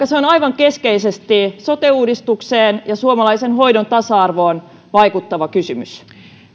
se on aivan keskeisesti sote uudistukseen ja suomalaisen hoidon tasa arvoon vaikuttava kysymys